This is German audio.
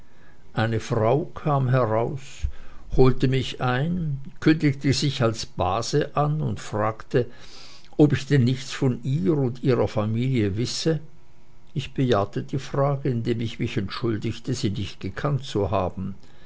eine frau kam heraus holte mich ein kündigte sich als base an und fragte ob ich denn nichts von ihr und ihrer familie wisse ich bejahte die frage indem ich mich entschuldigte sie nicht gekannt zu haben